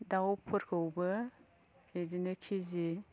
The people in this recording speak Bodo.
दाउफोरखौबो बिदिनो किजि